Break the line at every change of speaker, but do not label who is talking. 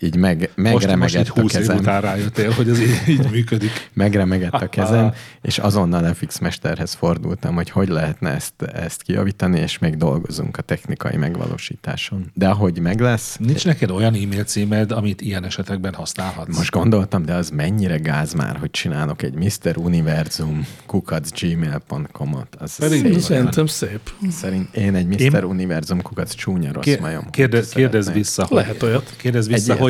Így meg-
Most- most így
megremegett a
húsz év
kezem.
után rájöttél, hogy ez í- így működik.
Megremegett a kezem, és azonnal FX mesterhez fordultam, hogy hogy lehetne ezt- ezt kijavítani, és még dolgozunk a technikai megvalósításon. De ahogy meglesz-
Nincs neked olyan e-mail címed, amit ilyen esetekben használhatsz?
Most gondoltam, de az mennyire gáz már, hogy csinálok egy MrUniversumKukac Gmail.com-ot. Az
Szerintem-
szép.
Szerintem szép.
Szerint- én egy MrUniversumKukac csúnya rossz
Kér-
majom, hogy
kérdez- kérdez
szeretném.
vissza, hogy-
Lehet olyat.
kérdez
Egy-
vissza, hogy-